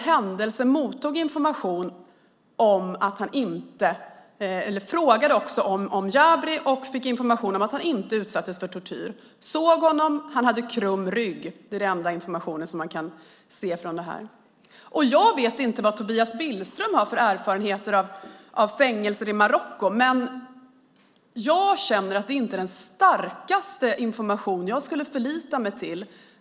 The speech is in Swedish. Han frågade också om Jabri och fick då information om att denne inte utsattes för tortyr. Han såg Jabri som hade krum rygg. Det är den enda information man kan se från det här. Jag vet inte vilka erfarenheter Tobias Billström har av fängelser i Marocko. Men jag känner att det här inte är den starkaste informationen att förlita sig på.